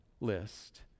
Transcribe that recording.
list